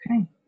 Okay